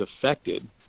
affected